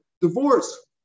divorce